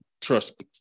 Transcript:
trust